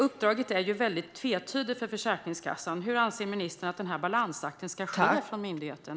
Uppdraget till Försäkringskassan är tvetydigt. Hur anser ministern att denna balansakt ska ske från myndigheten?